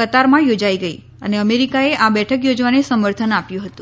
કતારમાં યોજાઈ ગઈ અને અમેરીકાએ આ બેઠક યોજવાને સમર્થન આપ્યું હતું